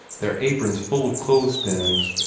their aprons full of clothes-pins,